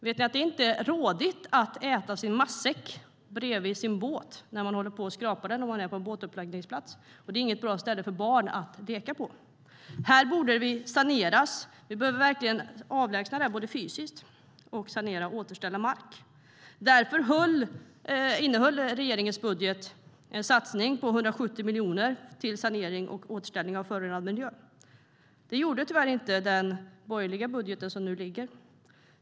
Vet ni att det inte är rådligt att äta sin matsäck bredvid sin båt när man håller på och skrapar den på en båtuppläggningsplats? Det är inte heller något bra ställe för barn att leka på. Här borde det saneras! Vi behöver verkligen avlägsna det här fysiskt för att sedan sanera och återställa marken. Därför innehöll regeringens budget en satsning på 170 miljoner till sanering och återställning av förorenad miljö. Det gjorde tyvärr inte den borgerliga budget som nu ligger.